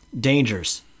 dangers